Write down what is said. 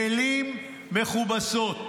מילים מכובסות,